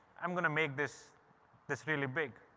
i'm going to make this this really big.